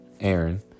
Aaron